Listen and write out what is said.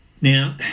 Now